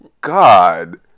God